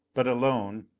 but alone.